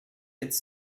its